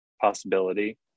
possibility